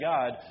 God